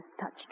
touched